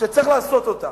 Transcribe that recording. שצריך לעשות אותה.